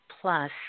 plus